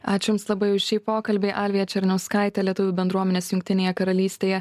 ačiū jums labai už šį pokalbį alvija černiauskaitė lietuvių bendruomenės jungtinėje karalystėje